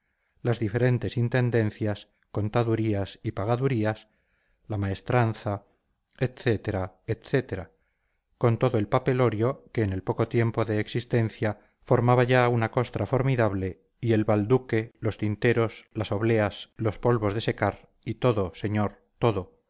las diferentesintendencias contadurías y pagadurías lamaestranza etcétera etc con todo el papelorio que en el poco tiempo de existencia formaba ya una costra formidable y el balduque los tinteros las obleas los polvos de secar y todo señor todo